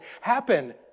happen